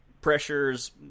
pressures